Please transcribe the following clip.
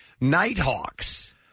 Nighthawks